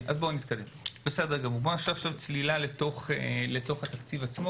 נצלול לתוך התקציב,